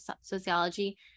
sociology